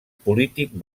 polític